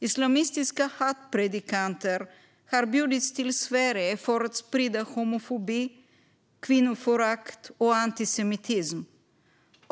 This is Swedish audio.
Islamistiska hatpredikanter har bjudits till Sverige för att sprida homofobi, kvinnoförakt och antisemitism.